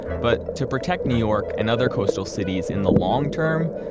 but to project new york and other coastal cities in the long term,